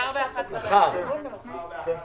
צריך להתכונן כבר בינואר.